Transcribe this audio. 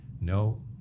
No